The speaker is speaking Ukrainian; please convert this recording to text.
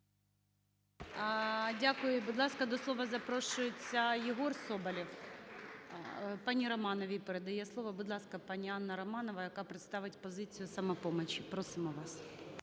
Дякую. Будь ласка, до слова запрошується Єгор Соболєв. Пані Романовій передає слово. Будь ласка, пані Анна Романова, яка представить позицію "Самопомочі". Просимо вас.